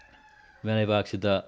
ꯏꯃꯥ ꯂꯩꯕꯥꯛꯁꯤꯗ